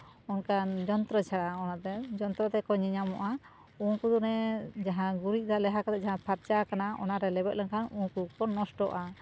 ᱚᱱᱠᱟᱱ ᱡᱚᱱᱛᱨᱚ ᱪᱷᱟᱲᱟ ᱚᱱᱟᱛᱮ ᱡᱚᱱᱛᱨᱚ ᱛᱮᱠᱚ ᱧᱮᱧᱟᱢᱚᱜᱼᱟ ᱩᱱᱠᱩ ᱚᱱᱮ ᱡᱟᱦᱟᱸ ᱜᱩᱨᱤᱡ ᱫᱟᱜ ᱞᱮᱣᱦᱟ ᱠᱟᱛᱮ ᱡᱟᱦᱟᱸ ᱯᱷᱟᱨᱪᱟ ᱟᱠᱟᱱᱟ ᱚᱱᱟᱨᱮ ᱞᱮᱵᱮᱫ ᱞᱮᱱ ᱠᱷᱟᱱ ᱩᱱᱠᱩ ᱠᱚ ᱱᱚᱥᱴᱚᱜᱼᱟ